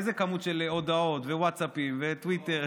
איזה כמות של הודעות, ווטסאפים וטוויטר?